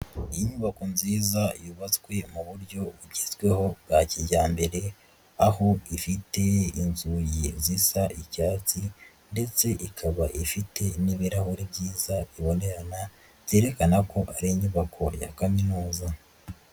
Inyubako nziza yubatswe mu buryo bugezweho bwa kijyambere, aho ifite inzugi zisa icyatsi ndetse ikaba ifite n'ibirahuri byiza bibonerana, byerekana ko ari inyubako ya kaminuza.